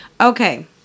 Okay